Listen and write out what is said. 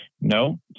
no